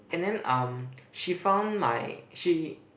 and then um she found my she